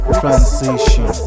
transition